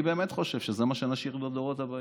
אני באמת חושב שזה מה שנשאיר לדורות הבאים.